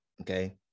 okay